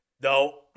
no